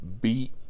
beat